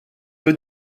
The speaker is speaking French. peu